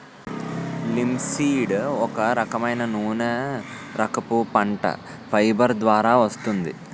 linseed ఒక రకమైన నూనెరకపు పంట, ఫైబర్ ద్వారా వస్తుంది